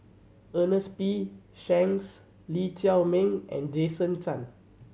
Ernest P Shanks Lee Chiaw Meng and Jason Chan